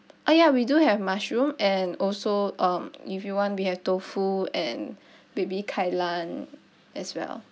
ah ya we do have mushroom and also um if you want we have tofu and baby kai lan as well